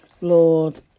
Lord